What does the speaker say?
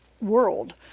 world